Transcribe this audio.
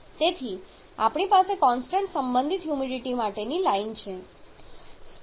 તેથી આપણી પાસે કોન્સ્ટન્ટ સંબંધિત હ્યુમિડિટી માટેની લાઈન છે